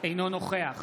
אינו נוכח